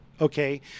okay